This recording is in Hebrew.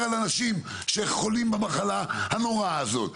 על אנשים שחולים במחלה הנוראה הזאת.